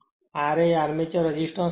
ra armature resistance 0